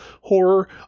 Horror